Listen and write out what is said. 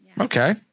okay